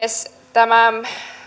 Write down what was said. tämä